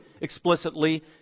explicitly